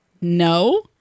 no